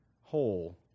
whole